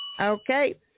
Okay